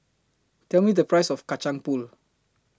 Tell Me The Price of Kacang Pool